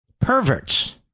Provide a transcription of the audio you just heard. Perverts